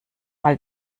mal